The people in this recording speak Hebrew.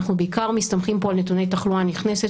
אנחנו בעיקר מסתמכים פה על נתוני תחלואה נכנסת